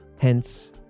hence